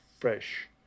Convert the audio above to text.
fresh